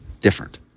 different